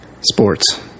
sports